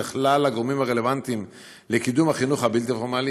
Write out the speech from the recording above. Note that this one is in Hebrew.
לכלל הגורמים הרלוונטיים לקידום החינוך הבלתי-פורמלי,